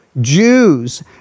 Jews